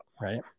Right